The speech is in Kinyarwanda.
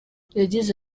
yagize